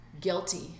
guilty